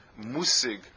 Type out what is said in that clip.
musig